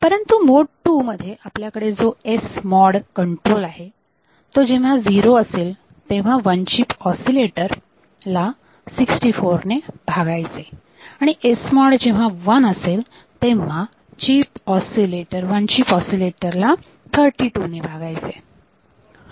परंतु मोड 2 मध्ये आपल्याकडे जो SMOD कंट्रोल आहे तो जेव्हा झिरो असेल तेव्हा वन चीप ऑसिलेटर ला 64 ने भागायचे आणि SMOD जेव्हा वन असेल तेव्हा वन चीप ऑसिलेटर ला 32 ने भागायचे